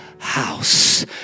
House